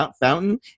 Fountain